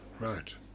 Right